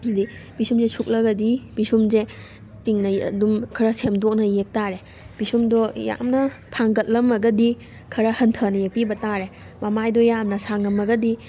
ꯑꯗꯒꯤ ꯄꯤꯁꯨꯝꯁꯦ ꯁꯨꯛꯂꯒꯗꯤ ꯄꯤꯁꯨꯝꯁꯦ ꯇꯤꯡꯅ ꯌꯦꯛꯑ ꯑꯗꯨꯝ ꯈꯔ ꯁꯦꯝꯗꯣꯛꯅ ꯌꯦꯛꯇꯥꯔꯦ ꯄꯤꯁꯨꯝꯗꯣ ꯌꯥꯝꯅ ꯊꯥꯡꯒꯠꯂꯝꯃꯒꯗꯤ ꯈꯔ ꯍꯟꯊꯅ ꯌꯦꯛꯄꯤꯕ ꯇꯥꯔꯦ ꯃꯃꯥꯏꯗꯣ ꯌꯥꯝꯅ ꯁꯥꯡꯉꯝꯃꯒꯗꯤ